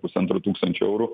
pusantro tūkstančio eurų